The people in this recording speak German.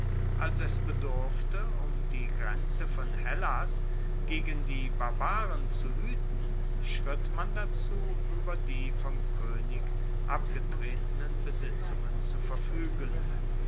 als es bedurfte um die grenze von hellas gegen die barbaren zu hueten schritt man dazu ueber die vom koenig abgetretenen besitzungen zu verfuegen